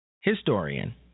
historian